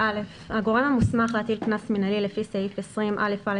הגורם המוסמך להטיל קנס מינהלי לפי סעיף 20א(א)(1)